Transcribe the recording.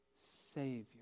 Savior